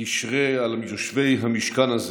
תשרה על יושבי המשכן הזה,